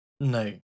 no